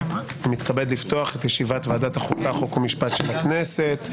אני מתכבד לפתוח את ישיבת ועדת החוקה חוק ומשפט של הכנסת.